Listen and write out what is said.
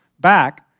back